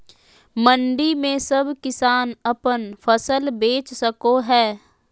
मंडी में सब किसान अपन फसल बेच सको है?